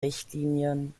richtlinien